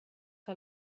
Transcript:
que